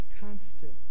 constant